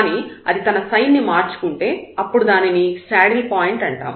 కానీ అది తన సైన్ ను మార్చుకుంటే అప్పుడు దానిని శాడిల్ పాయింట్ అంటారు